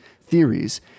theories